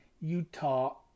Utah